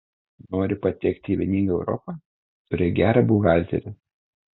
nori patekti į vieningą europą turėk gerą buhalterį